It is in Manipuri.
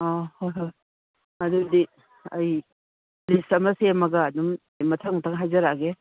ꯑꯧ ꯍꯣꯏ ꯍꯣꯏ ꯑꯗꯨꯗꯤ ꯑꯩ ꯂꯤꯁ ꯑꯃ ꯁꯦꯝꯃꯒ ꯑꯗꯨꯝ ꯃꯊꯪ ꯃꯊꯪ ꯍꯥꯏꯖꯔꯛꯑꯒꯦ